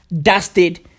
dusted